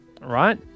right